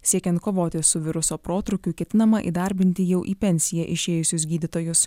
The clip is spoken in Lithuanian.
siekiant kovoti su viruso protrūkiu ketinama įdarbinti jau į pensiją išėjusius gydytojus